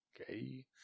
okay